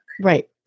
Right